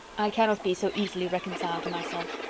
i cannot be so easily reconciled to myself.